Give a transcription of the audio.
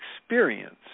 experience